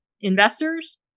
investors